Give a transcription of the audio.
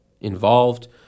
involved